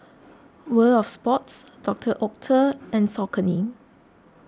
World of Sports Doctor Oetker and Saucony